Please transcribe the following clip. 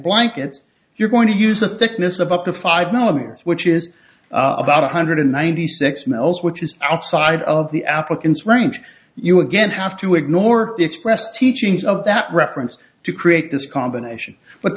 blankets you're going to use the thickness of up to five millimeters which is about one hundred ninety six mills which is outside of the applicants range you again have to ignore the expressed teachings of that reference to create this combination but